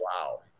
wow